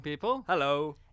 Hello